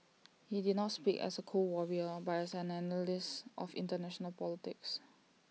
he did not speak as A cold Warrior but as an analyst of International politics